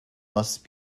must